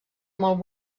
molt